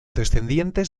descendientes